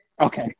Okay